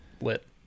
lit